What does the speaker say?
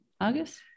August